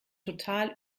total